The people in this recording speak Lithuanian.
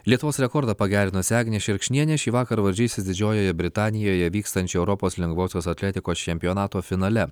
lietuvos rekordą pagerinusi agnė šerkšnienė šįvakar varžysis didžiojoje britanijoje vykstančio europos lengvosios atletikos čempionato finale